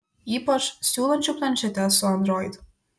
ypač siūlančių planšetes su android